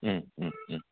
ओम ओम ओम